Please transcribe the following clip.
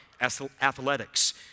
athletics